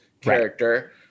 character